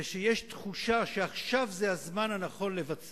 חולשה ורפיון במאבק נגד הטרור.